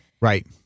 right